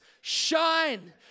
shine